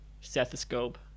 stethoscope